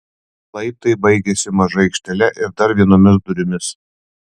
laiptai baigiasi maža aikštele ir dar vienomis durimis